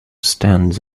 stands